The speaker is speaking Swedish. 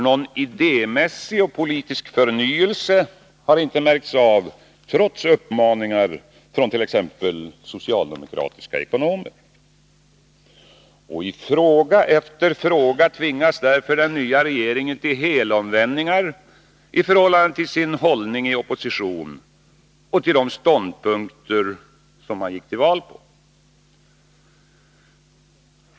Någon idémässig och politisk förnyelse har inte märkts av, trots uppmaningar från t.ex. socialdemokratiska ekonomer. I fråga efter fråga tvingas därför den nya regeringen till helomvändningar i förhållande till sin hållning i opposition och till de ståndpunkter som socialdemokraterna gick till val på.